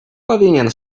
powinien